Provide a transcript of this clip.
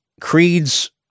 creeds